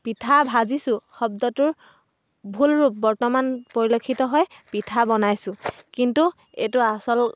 পিঠা ভাজিছোঁ শব্দটোৰ ভুল বৰ্তমান পৰিলক্ষিত হয় পিঠা বনাইছোঁ কিন্তু এইটো আচল